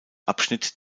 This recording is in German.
abschnitt